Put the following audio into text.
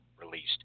released